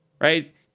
right